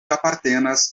apartenas